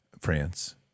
France